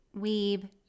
Weeb